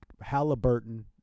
Halliburton